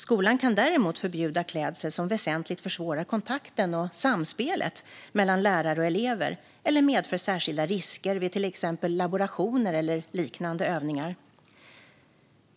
Skolan kan däremot förbjuda klädsel som väsentligt försvårar kontakten och samspelet mellan lärare och elever eller medföra särskilda risker vid till exempel laborationer eller liknande övningar.